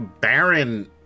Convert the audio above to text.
barren